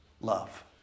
love